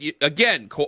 Again